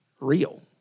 real